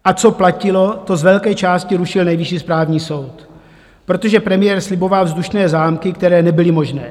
A co platilo, to z velké části rušil Nejvyšší správní soud, protože premiér sliboval vzdušné zámky, které nebyly možné.